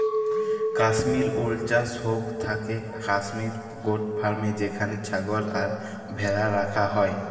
Kashmir wool চাস হৌক থাকেক কাশ্মির গোট ফার্মে যেখানে ছাগল আর ভ্যাড়া রাখা হয়